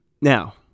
Now